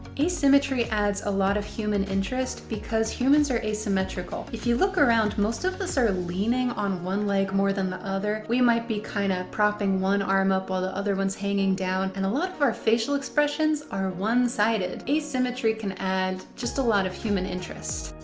asymmetry adds a lot of human interest because humans are asymmetrical. if you look around, most of us are leaning on one leg more than the other. we might be kind of propping one arm up all the other ones hanging down. and a lot of our facial expressions are one-sided. asymmetry can add just a lot of human interest.